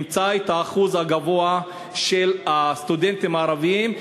ימצא את האחוז הגבוה של הסטודנטים הערבים,